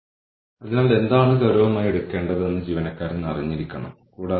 കൂടാതെ പല കേസുകളിലും നേരിട്ട് അളക്കാവുന്ന കാരണ പ്രഭാവ ബന്ധം സ്ഥാപിക്കുന്നത് വളരെ ബുദ്ധിമുട്ടാണ്